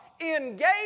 Engage